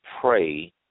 pray